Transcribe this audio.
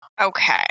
Okay